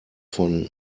von